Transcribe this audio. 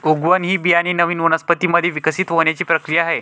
उगवण ही बियाणे नवीन वनस्पतीं मध्ये विकसित होण्याची प्रक्रिया आहे